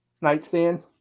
nightstand